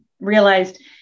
realized